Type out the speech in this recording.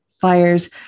fires